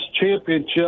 championship